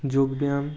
যোগব্যায়াম